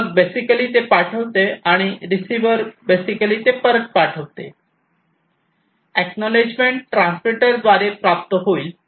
मग बेसिकली ते पाठवते आणि रिसिवर बेसिकली ते परत पाठवते एक्नॉलेजमेंट ट्रान्समीटर द्वारे प्राप्त होईल